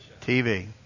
TV